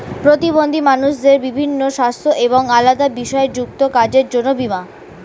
প্রতিবন্ধী মানুষদের বিভিন্ন সাস্থ্য এবং আলাদা বিষয় যুক্ত কাজের জন্য বীমা